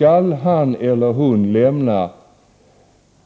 Om han skall lämna